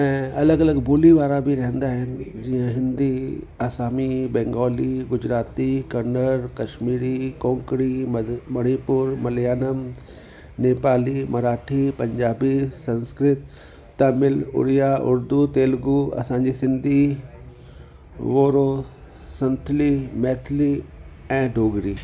ऐं अलॻि अलॻि ॿोली वारा बि रहंदा आहिनि जीअं हिंदी असामी बैंगोली गुजराती कन्नर कश्मीरी कोंकड़ी मणिपुर मल्यालम नेपाली मराठी पंजाबी संस्कृत तमिल उड़िया उरदू तेलगू असांजी सिंधी वोरो संथली मैथली ऐं डोगरी